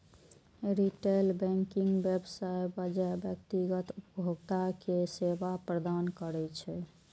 retail banking व्यवसायक बजाय व्यक्तिगत उपभोक्ता कें सेवा प्रदान करै छै